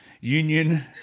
union